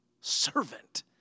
servant